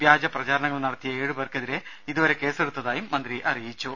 വ്യാജ പ്രചാരണങ്ങൾ നടത്തിയ ഏഴു പേർക്കെതിരെ ഇതുവരെ കേസെടുത്തായും മന്ത്രി പറഞ്ഞു